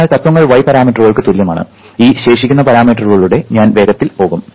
അതിനാൽ തത്വങ്ങൾ y പാരാമീറ്ററുകൾക്ക് തുല്യമാണ് ഈ ശേഷിക്കുന്ന പരാമീറ്ററുകളിലൂടെ ഞാൻ വേഗത്തിൽ പോകും